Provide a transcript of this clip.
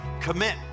Commit